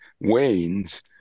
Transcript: wanes